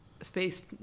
space